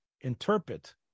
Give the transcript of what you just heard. interpret